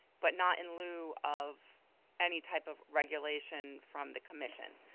but not in lieu of any type of regulation from the commission.